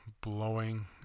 blowing